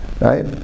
right